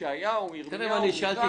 ישעיהו וירמיהו על --- תראה מה קרה,